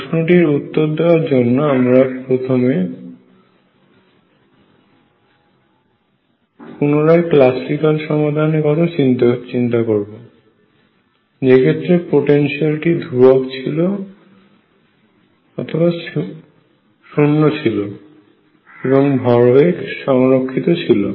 প্রশ্নটির উত্তর দেওয়ার জন্য আমরা পুনরায় ক্লাসিক্যাল সমাধান এর কথা চিন্তা করবে যে ক্ষেত্রে পটেনশিয়াল টি ধ্রুবক অথবা 0 ছিল এবং ভরবেগ সংরক্ষিত ছিল